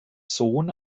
sohn